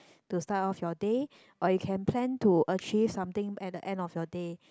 to start off your day or you can plan to achieve something at the end of your day